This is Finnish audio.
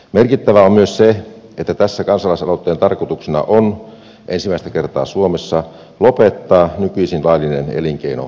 merkittävää on myös se että tässä kansalaisaloitteen tarkoituksena on ensimmäistä kertaa suomessa lopettaa nykyisin laillinen elinkeino kokonaan